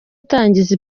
itangira